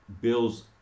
bills